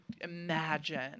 imagine